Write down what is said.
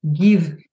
give